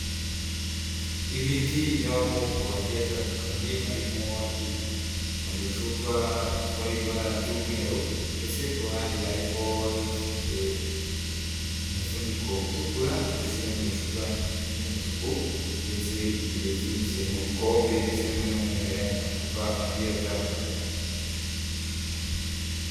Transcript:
Imiti y'amoko agiye atandukanye harimo iri mu ducupa tw'ibara ry'umweru ndetse ku ruhande yari n'ifite umufuniko utukura ndetse no mu icupa ry'umutuku ndetse igiye ipfunyitse mu bikombe ndetse no mu yandi macupa agiye atandukanye.